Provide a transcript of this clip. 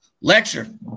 Lecture